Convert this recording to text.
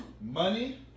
money